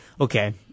Okay